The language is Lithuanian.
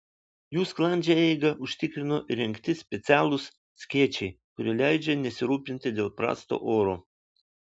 jų sklandžią eigą užtikrino įrengti specialūs skėčiai kurie leidžia nesirūpinti dėl prasto oro